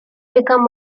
became